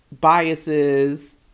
biases